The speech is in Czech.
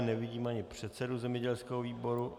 Nevidím ani předsedu zemědělského výboru.